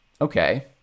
Okay